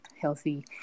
healthy